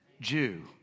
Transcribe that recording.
Jew